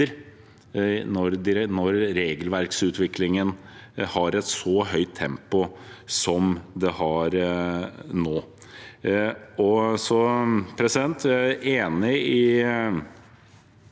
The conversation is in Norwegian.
når regelverksutviklingen har et så høyt tempo som nå.